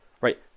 right